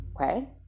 Okay